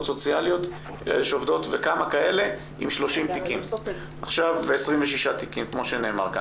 סוציאליות שעובדות עם 30 תיקים ו-26 תיקים וכמה כאלה יש.